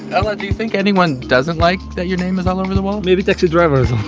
alaa, do you think anyone doesn't like that your name is all over the wall? maybe taxi drivers